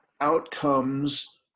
outcomes